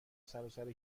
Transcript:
سراسر